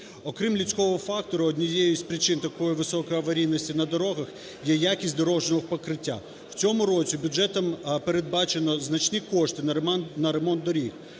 Окрім людського фактора, однією з причин такої високої аварійності на дорогах є якість дорожнього покриття. В цьому році бюджетом передбачено значні кошти на ремонт доріг,